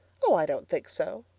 oh, i don't think so,